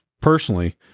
personally